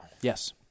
Yes